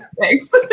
Thanks